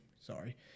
sorry